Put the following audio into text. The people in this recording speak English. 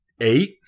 eight